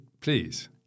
please